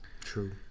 True